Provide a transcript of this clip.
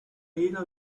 era